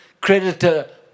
creditor